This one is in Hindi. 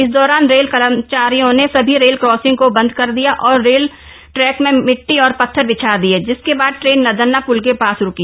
इस दौरान रेल कर्मचारियों ने सभी रेल क्रॉसिंग को बंद कर दिया और रेल ट्रैक में मिट्टी और पत्थर बिछा दिये जिसके बाद ट्रेन नंदना प्ल के पास रुकी